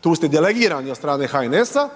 tu ste delegirani od strane HNS-a,